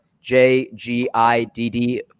J-G-I-D-D